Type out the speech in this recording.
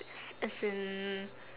~s as in